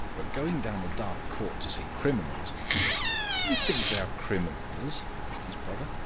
but going down a dark court to see criminals do you think they are criminals? asked his brother.